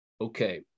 Okay